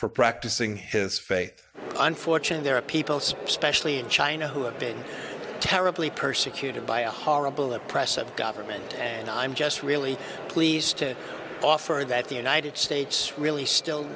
for practicing his fame and fortune there are people especially in china who have been terribly persecuted by a horrible oppressive government and i'm just really pleased to offer that the united states really still